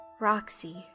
Roxy